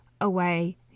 away